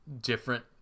different